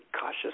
cautious